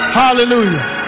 hallelujah